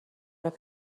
وقتی